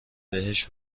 بهش